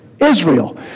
Israel